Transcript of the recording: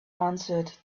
answered